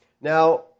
Now